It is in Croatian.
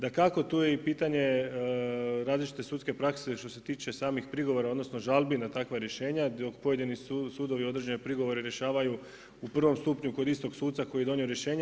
Dakako tu je i pitanje različite sudske prakse što se tiče samih prigovora, odnosno žalbi na takva rješenja dok pojedini sudovi određene prigovore rješavaju u prvom stupnju kod istog suca koji je donio rješenje.